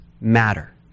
matter